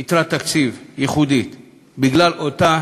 אליו יתרת תקציב ייחודית בגלל אותה